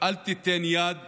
אל תיתן יד